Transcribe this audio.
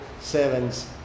servants